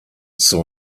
saw